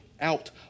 out